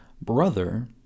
brother